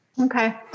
Okay